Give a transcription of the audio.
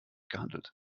gehandelt